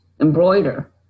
embroider